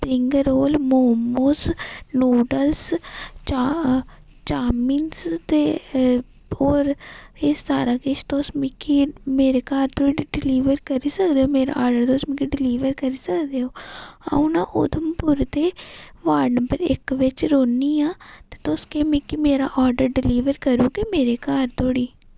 spring roll momo noodle चा chow mein ते होर बी सारा किश तुस मिकी मेरे घर पर डिलीवर करी सकदेओ मेरा आडर्र मिगी तुस डिलीवर करी सकदेओ अ'ऊं ना उधमपुर दी बार्ड नम्बर इक बिच रौह्न्नी आं ते तुस केह् मिकी मेरा आडर्र डिलीवर करी ओड़गे मेरे घर धोड़ी